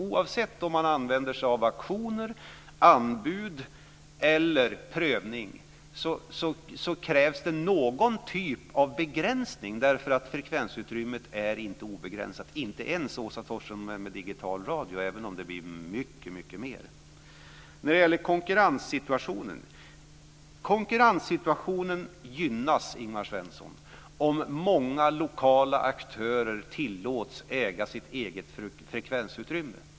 Oavsett om man använder sig av auktioner, anbud eller prövning krävs det någon typ av begränsning eftersom frekvensutrymmet inte är obegränsat, inte ens - Åsa Torstensson - med digital radio även om det blir mycket mer. Konkurrenssituationen gynnas, Ingvar Svensson, om många lokala aktörer tillåts äga sitt eget frekvensutrymme.